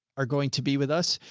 are going to be with us.